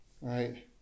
Right